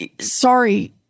sorry